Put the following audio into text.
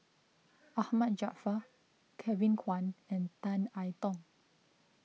Ahmad Jaafar Kevin Kwan and Tan I Tong